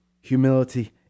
humility